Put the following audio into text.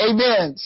Amen